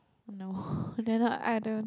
no dare not I don't